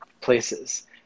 places